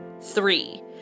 Three